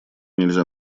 нельзя